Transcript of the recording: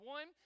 One